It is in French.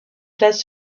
place